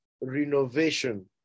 renovation